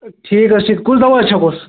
ٹھیٖک حظ چھُ کُس دوا حظ چھکہوس